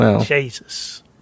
Jesus